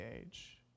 age